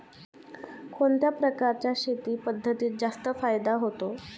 कोणत्या प्रकारच्या शेती पद्धतीत जास्त फायदा होतो?